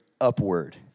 upward